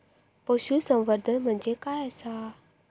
पशुसंवर्धन म्हणजे काय आसा?